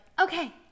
okay